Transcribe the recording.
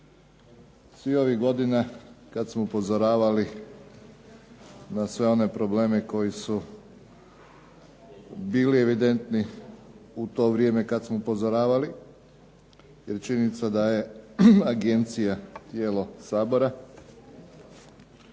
Svih ovih godina kada smo upozoravali na sve probleme koji su bili evidentni u to vrijeme kada smo upozoravali jer činjenica da je agencija tijelo Sabora